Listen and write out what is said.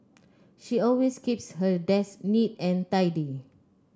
she always keeps her desk neat and tidy